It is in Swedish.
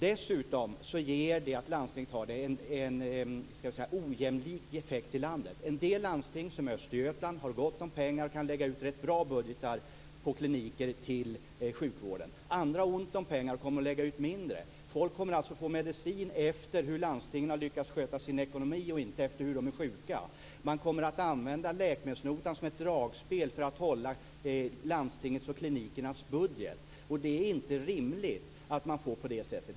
Dessutom ger det en ojämlik effekt i landet om landstingen har ansvaret. En del landsting, som Östergötland, har gott om pengar och kan lägga ut rätt bra budgetar för sjukvården på kliniker. Andra har ont om pengar och kommer att lägga ut mindre. Folk kommer alltså att få medicin efter hur landstingen har lyckats sköta sin ekonomi och inte efter hur sjuka de är. Man kommer att använda läkemedelsnotan som ett dragspel för att hålla landstingets och klinikernas budget. Det är inte rimligt att ha det på det sättet.